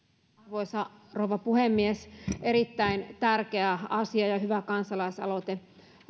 arvoisa rouva puhemies erittäin tärkeä asia ja hyvä kansalaisaloite